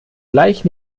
gleich